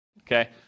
okay